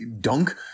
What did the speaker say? dunk